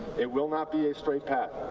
it will not be a straight path.